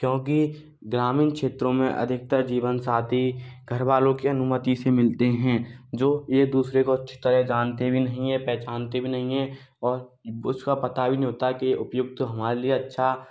क्योंकि ग्रामीण छेत्रों में अधिकतर जीवन साथी घर वालों की अनुमति से मिलते हैं जो एक दूसरे को अच्छी तरह जानते भी नहीं हैं पहचानते भी नहीं हैं और उसका पता भी नहीं होता कि उपयुक्त हमारे लिए अच्छा